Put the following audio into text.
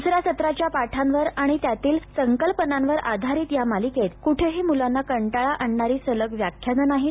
द्सऱ्या सत्राच्या पाठांवर आणि त्यातील संकल्पनांवर आधारित या मालिकेत कुठेही मुलांना कंटाळा आणणारी सलग व्याख्यानं नाहीत